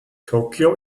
tokio